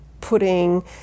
putting